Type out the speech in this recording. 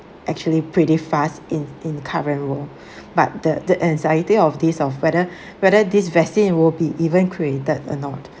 actually pretty fast in in current world but the the anxiety of this of whether whether this vaccine will be even created or not